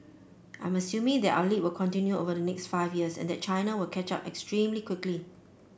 I'm assuming that our lead will continue over the next five years and that China will catch up extremely quickly